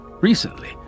recently